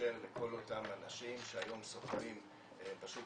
שתאפשר לכל אותם אנשים שהיום שוכרים בשוק